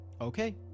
Okay